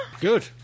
Good